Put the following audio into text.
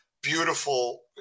beautiful